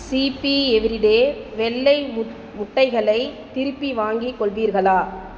CP everyday வெள்ளை முட் முட்டைகளை திருப்பி வாங்கிக் கொள்வீர்களா